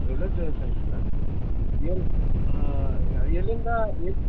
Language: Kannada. ರೈಲ್ವೆ ಟೇಷನ್ ಸರ ಎಲ್ಲಿ ಎಲ್ಲಿಂದಾ ಎ